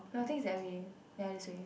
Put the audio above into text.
no I think it's the other way ya this way